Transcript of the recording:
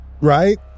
Right